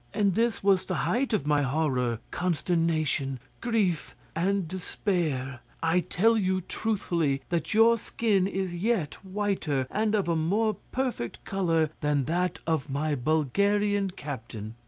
and this was the height of my horror, consternation, grief, and despair. i tell you, truthfully, that your skin is yet whiter and of a more perfect colour than that of my bulgarian captain.